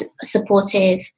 supportive